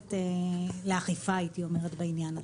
נכנסת לאכיפה, הייתי אומרת, בעניין הזה.